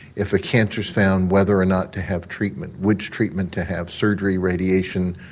if a cancer is found whether or not to have treatment, which treatment to have, surgery, radiation,